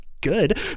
good